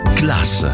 class